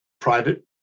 private